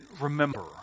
remember